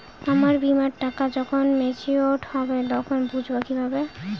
আমার বীমার টাকা যখন মেচিওড হবে তখন বুঝবো কিভাবে?